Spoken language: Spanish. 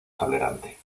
tolerante